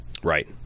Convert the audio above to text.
Right